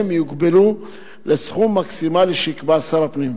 הם יוגבלו לסכום מקסימלי שיקבע שר הפנים.